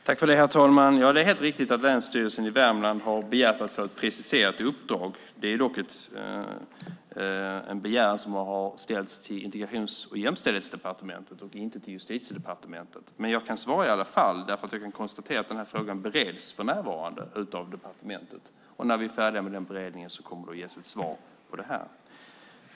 Herr talman! Det är helt riktigt att Länsstyrelsen i Värmland har begärt att få ett preciserat uppdrag. Det är dock en begäran som har ställts till Integrations och jämställdhetsdepartementet och inte till Justitiedepartementet. Men jag kan svara i alla fall och konstatera att den här frågan för närvarande bereds av departementet. När vi är färdiga med den beredningen kommer det att ges ett svar på det här.